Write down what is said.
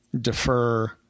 defer